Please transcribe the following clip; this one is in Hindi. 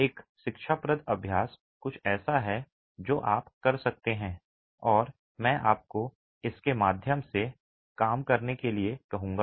एक शिक्षाप्रद अभ्यास कुछ ऐसा है जो आप कर सकते हैं और मैं आपको इसके माध्यम से काम करने के लिए कहूंगा